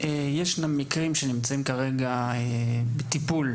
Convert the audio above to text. ישנם מקרים שנמצאים כרגע בטיפול,